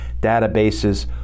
databases